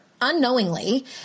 unknowingly